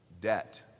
debt